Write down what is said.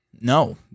No